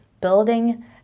building